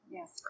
Yes